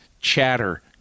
chatter